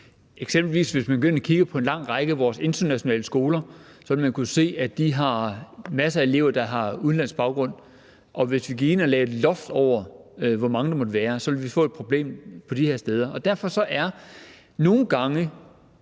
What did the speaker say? eksempelvis går ind og kigger på en lang række af vores internationale skoler, vil man kunne se, at de har masser af elever, der har udenlandsk baggrund. Og hvis vi gik ind og lagde et loft over, hvor mange der måtte være, ville vi få et problem de her steder. Og derfor er svarene